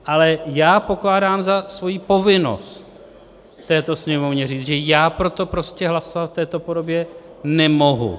Ale já pokládám za svoji povinnost v této Sněmovně říci, že já pro to prostě hlasovat v této podobě nemohu.